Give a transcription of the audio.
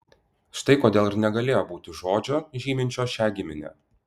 štai kodėl ir negalėjo būti žodžio žyminčio šią giminę